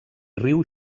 riu